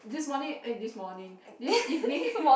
this morning eh this morning this evening